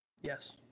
yes